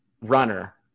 runner